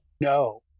No